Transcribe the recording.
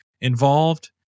involved